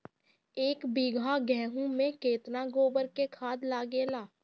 एक बीगहा गेहूं में केतना गोबर के खाद लागेला?